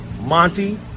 Monty